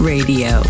Radio